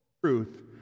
truth